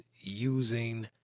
using